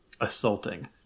assaulting